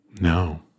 No